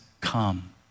come